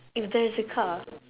if there is a car